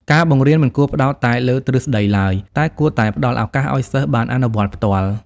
ការបង្រៀនមិនគួរផ្តោតតែលើទ្រឹស្តីឡើយ តែគួរតែផ្តល់ឱកាសឱ្យសិស្សបានអនុវត្តផ្ទាល់។